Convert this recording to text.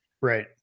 Right